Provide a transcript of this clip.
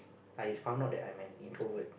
I found out that I'm an introvert